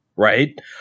right